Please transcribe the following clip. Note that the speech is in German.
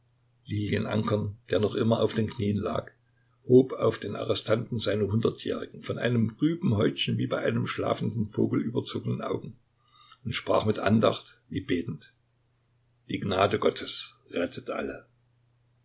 lächeln lilien ankern der noch immer auf den knien lag hob auf den arrestanten seine hundertjährigen von einem trüben häutchen wie bei einem schlafenden vogel überzogenen augen und sprach mit andacht wie betend die gnade gottes rettet alle